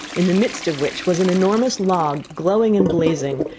in the midst of which was an enormous log glowing and blazing,